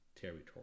territory